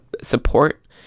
support